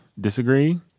disagree